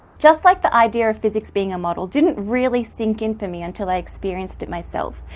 just like the idea of physics being a model didn't really sink in for me until i experienced it myself,